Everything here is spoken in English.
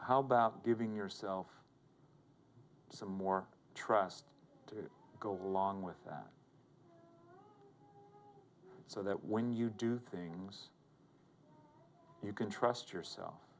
how about giving yourself some more trust to go along with that so that when you do things you can trust yourself